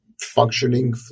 functioning